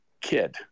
kid